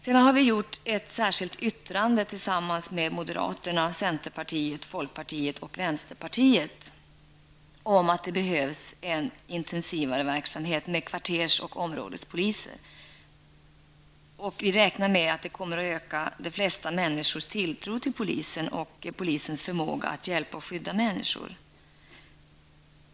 Vi har i ett särskilt yttrande tillsammans med moderaterna, folkpartiet och vänsterpartiet anfört att det behövs en intensivare verksamhet när det gäller kvarters och områdespoliser. Vi räknar med att detta kommer att öka människors tilltro till polisen och polisens förmåga att hjälpa och skydda människor.